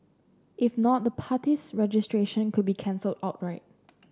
if not the party's registration could be cancelled outright